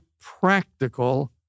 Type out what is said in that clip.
practical